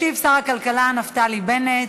ישיב שר הכלכלה נפתלי בנט.